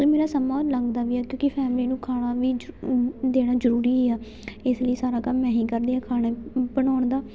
ਅਤੇ ਮੇਰਾ ਸਮਾਂ ਲੰਘਦਾ ਵੀ ਆ ਕਿਉਂਕਿ ਫੈਮਲੀ ਨੂੰ ਖਾਣਾ ਵੀ ਦੇਣਾ ਜ਼ਰੂਰੀ ਆ ਇਸ ਲਈ ਸਾਰਾ ਕੰਮ ਮੈਂ ਹੀ ਕਰਦੀ ਹਾਂ ਖਾਣਾ ਬਣਾਉਣ ਦਾ